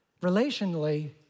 relationally